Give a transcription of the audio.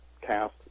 cast